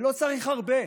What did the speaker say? ולא צריך הרבה.